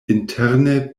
interne